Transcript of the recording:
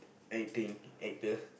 I think actor